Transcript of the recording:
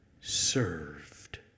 served